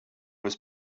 was